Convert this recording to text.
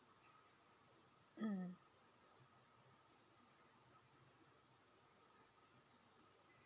mm